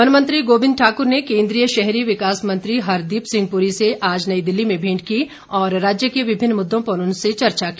भेंट वन मंत्री गोबिंद ठाकुर ने केंद्रीय शहरी विकास मंत्री हरदीप सिंह पुरी से आज नई दिल्ली में भेंट की और राज्य के विभिन्न मुददों पर उनसे चर्चा की